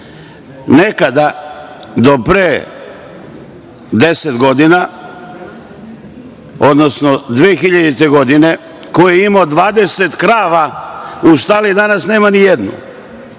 itd. Nekada, do pre 10 godina, odnosno 2000. godine, ko je imao 20 krava u štali danas nema ni jednu.